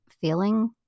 feeling